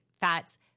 fats